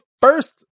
first